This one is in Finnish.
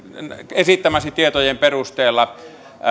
esittämiesi tietojen perusteella